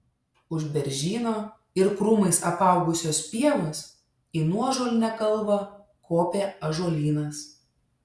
už beržyno ir krūmais apaugusios pievos į nuožulnią kalvą kopė ąžuolynas